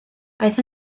aeth